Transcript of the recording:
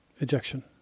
Ejection